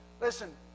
Listen